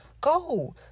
go